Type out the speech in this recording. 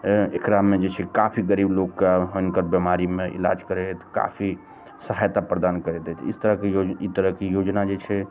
एकरामे जे छै काफी गरीब लोकके हुनकर बेमारीमे इलाज करथि काफी सहायता प्रदान करैत अछि एहि तरहके ई तरहके योजना जे छै